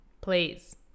please